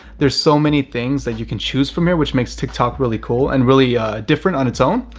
there's so many things that you can choose from here which makes tik tok really cool and really different on its own.